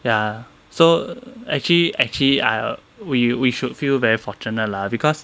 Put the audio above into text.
ya so actually actually I we we should feel very fortunate lah because